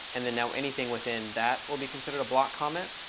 and then now anything within that will be considered a block comment.